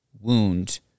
wound